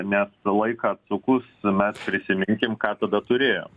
nes laiką atsukus mes prisiminkim ką tada turėjom